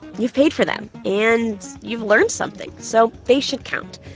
you've paid for them, and you've learned something, so they should count.